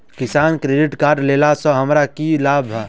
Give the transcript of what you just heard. किसान credit card लेला सऽ हमरा की लाभ?